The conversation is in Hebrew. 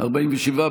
נתקבלה.